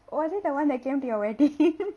oh is it the [one] that came to your wedding